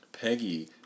Peggy